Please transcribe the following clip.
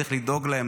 צריך לדאוג להם,